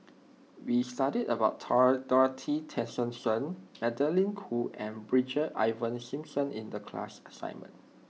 we studied about Dorothy Tessensohn Magdalene Khoo and Brigadier Ivan Simson in the class assignment